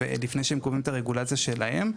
לפני שהם קובעים את הרגולציה שלהם,